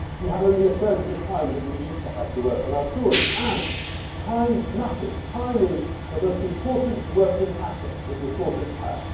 we have only a third of the time that we used to have to work on our stories. and time matters. time is the most important working asset that reporters have.